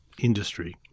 industry